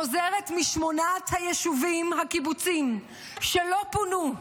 חוזרת משמונת היישובים והקיבוצים שלא פונו,